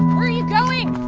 are you going?